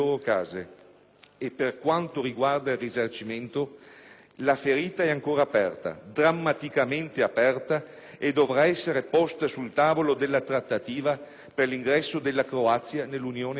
e per quanto riguarda il risarcimento la ferita è ancora aperta, drammaticamente aperta e dovrà essere posta sul tavolo della trattativa per l'ingresso della Croazia nell'Unione europea.